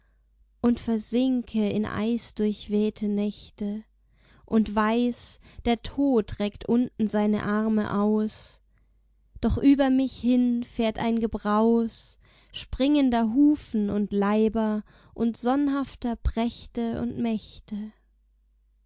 und versinke in eisdurchwehte nächte und weiß der tod reckt unten seine arme aus doch über mich hin fährt ein gebraus springender hufen und leiber und sonnhafter prächte und mächte